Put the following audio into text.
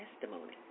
testimony